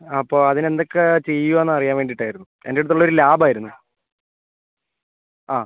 അപ്പോൾ അതിന് എന്തൊക്കെ ചെയ്യുക എന്ന് അറിയാൻ വേണ്ടിയിട്ട് ആയിരുന്നു എന്റെയടുത്ത് ഉള്ളത് ഒരു ലാബ് ആയിരുന്നു ആ